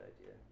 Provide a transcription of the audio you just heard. idea